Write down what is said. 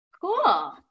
cool